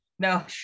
no